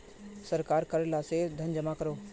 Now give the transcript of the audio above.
सरकार कर ला से धन जमा करोह